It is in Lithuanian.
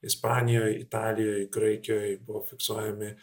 ispanijoj italijoj graikijoj buvo fiksuojami